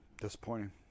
Disappointing